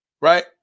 right